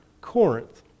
Corinth